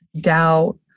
doubt